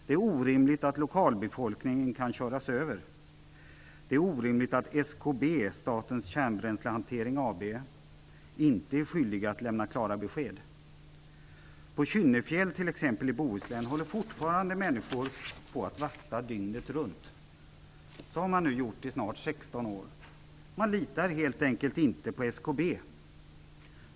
Det är orimligt att lokalbefolkningen kan köras över. Det är orimligt att SKB - Statens kärnbränslehantering AB - inte är skyldigt att lämna klara besked. På Kynnefjäll i Bohuslän, t.ex., håller människor fortfarande på att vakta dygnet runt. Så har man nu gjort i snart sexton år. Man litar helt enkelt inte på SKB.